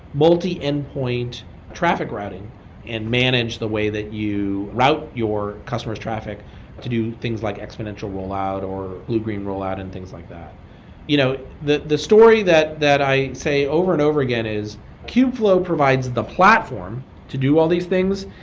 multi-endpoint traffic routing and manage the way that you route your customer s traffic to do things like exponential rollout, or blue-green rollout and things like that you know the the story that that i say over and over again is kubeflow provides the platform to do all these things.